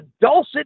dulcet